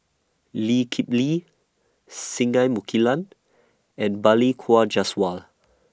Lee Kip Lee Singai Mukilan and Balli Kaur Jaswal